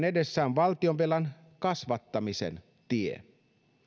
edessä on silloin valtionvelan kasvattamisen tie